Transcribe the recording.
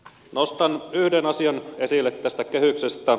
nostan yhden asian esille tästä kehyksestä